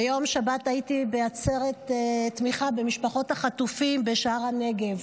ביום שבת הייתי בעצרת תמיכה במשפחות החטופים בשער הנגב,